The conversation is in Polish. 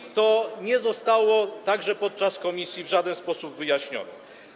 I to nie zostało także podczas komisji w żaden sposób wyjaśnione.